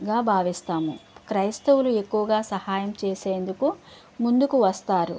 గా భావిస్తాము క్రైస్తవులు ఎక్కువగా సహాయం చేసేందుకు ముందుకు వస్తారు